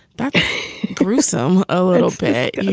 that's gruesome a little bit.